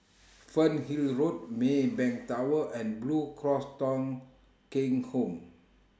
Fernhill Road Maybank Tower and Blue Cross Thong Kheng Home